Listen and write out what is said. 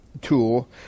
tool